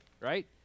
right